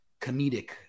comedic